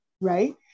Right